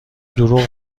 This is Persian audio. دروغ